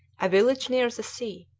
a village near the sea,